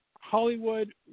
Hollywood